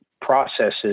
processes